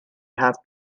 have